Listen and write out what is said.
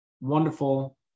wonderful